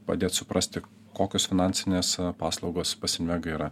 padėt suprasti kokios finansinės paslaugos pas invegą yra